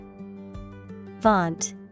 Vaunt